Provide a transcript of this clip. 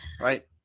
Right